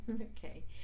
Okay